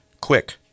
Quick